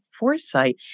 foresight